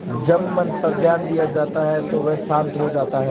जब मन पर ध्यान दिया जाता है तो वह शांत हो जाता है